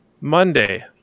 Monday